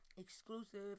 exclusive